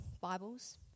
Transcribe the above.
Bibles